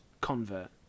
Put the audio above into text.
convert